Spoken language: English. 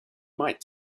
might